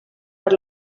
per